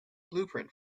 blueprint